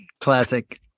Classic